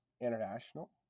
international